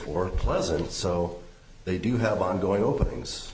or pleasant so they do have ongoing openings